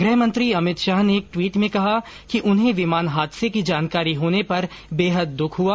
गृहमंत्री अमित शाह ने एक ट्वीट में कहा कि उन्हें विमान हादसे की जानकारी होने पर बेहद दुख हुआ